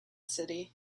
city